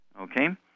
Okay